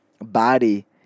body